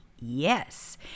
Yes